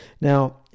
Now